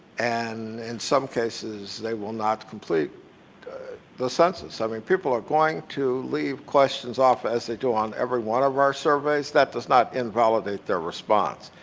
and in some cases they will not complete the census. i mean, people are going to leave questions off as they do on every one of our surveys, that does not invalidate their response.